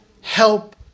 help